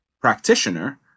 practitioner